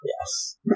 Yes